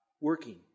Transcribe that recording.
working